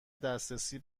دسترسی